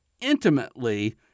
intimately